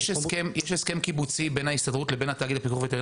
יש הסכם קיבוצי בין ההסתדרות לבין התאגיד לפיקוח וטרינרי